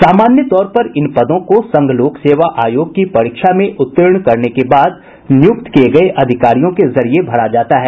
सामान्य तौर पर इन पदों को संघ लोक सेवा आयोग की परीक्षा में उत्तीर्ण करने के बाद नियुक्त किए गए अधिकारियों के जरिये भरा जाता है